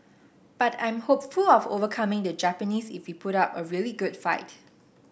but I'm hopeful of overcoming the Japanese if we put up a really good fight